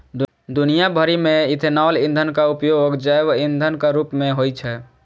दुनिया भरि मे इथेनॉल ईंधनक उपयोग जैव ईंधनक रूप मे होइ छै